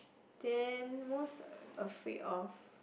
then most afraid of